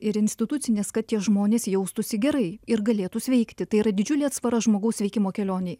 ir institucinės kad tie žmonės jaustųsi gerai ir galėtų sveikti tai yra didžiulė atsvara žmogaus sveikimo kelionei